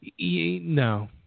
no